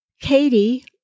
Katie